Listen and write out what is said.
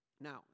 Now